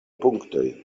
punktoj